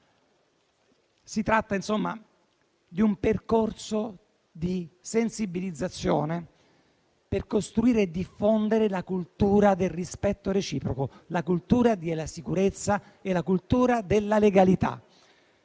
insomma, di un percorso di sensibilizzazione per costruire e diffondere la cultura del rispetto reciproco, la cultura della sicurezza e la cultura della legalità.